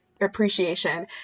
appreciation